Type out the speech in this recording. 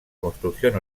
construcción